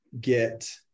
get